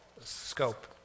scope